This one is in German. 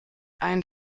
ein